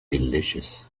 delicious